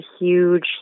huge